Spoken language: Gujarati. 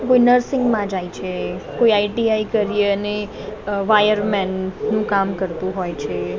કોઈ નર્સિંગમાં જાય છે કોઈ આઇટીઆઇ કરી અને અ વાયરમેનનું કામ કરતું હોય છે